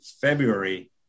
february